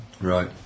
Right